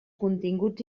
continguts